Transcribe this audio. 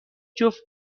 جفت